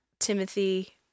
Timothy